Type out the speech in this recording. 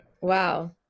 Wow